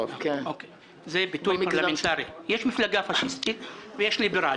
יש מפלגה פשיסטית ויש ליברלית.